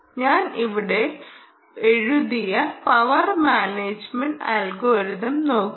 ഞാൻ ഇവിടെ എഴുതിയ പവർ മാനേജുമെന്റ് അൽഗോരിതം നോക്കൂ